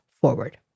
forward